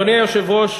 אדוני היושב-ראש,